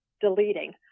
deleting